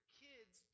kids